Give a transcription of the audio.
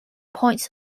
points